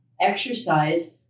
exercise